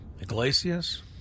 Iglesias